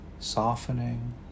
softening